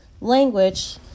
language